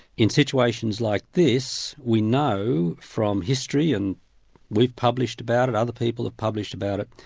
in situations like this, we know from history, and we've published about it, other people have published about it,